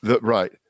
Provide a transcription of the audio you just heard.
right